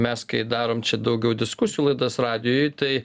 mes kai darom čia daugiau diskusijų laidas radijuj tai